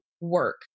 work